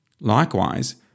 Likewise